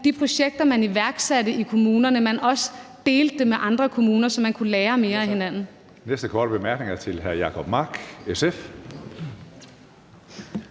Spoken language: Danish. de projekter, man iværksatte i kommunerne, med andre kommuner, så man kunne lære mere af hinanden.